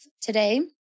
today